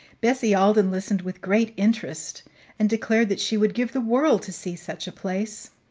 bessie alden listened with great interest and declared that she would give the world to see such a place.